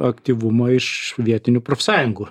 aktyvumo iš vietinių profsąjungų